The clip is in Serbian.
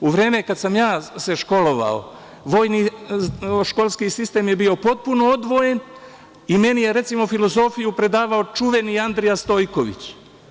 U vreme kada sam se ja školovao, vojnoškolski sistem je bio potpuno odvojen i meni je recimo, filozofiju predavao čuveni Andrija Stojković.